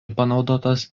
panaudotas